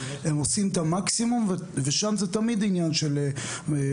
הם עושים את המקסימום ושם זה תמיד עניין של משאבים,